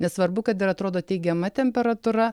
nesvarbu kad ir atrodo teigiama temperatūra